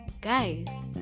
guy